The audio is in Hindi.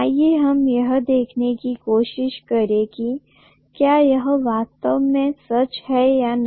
आइए हम यह देखने की कोशिश करें कि क्या यह वास्तव में सच है या नहीं